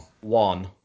One